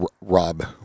Rob